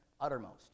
uttermost